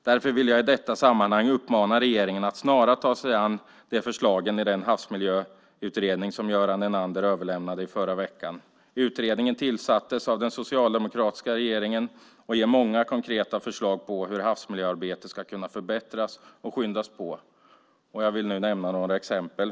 Därför vill jag i detta sammanhang uppmana regeringen att snarast ta sig an förslagen i den havsmiljöutredning som Göran Enander överlämnade i förra veckan. Utredningen tillsattes av den socialdemokratiska regeringen och ger många konkreta förslag på hur havsmiljöarbetet ska kunna förbättras och skyndas på. Jag vill nu nämna några exempel.